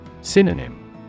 Synonym